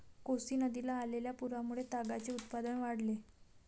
कोसी नदीला आलेल्या पुरामुळे तागाचे उत्पादन वाढले